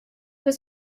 was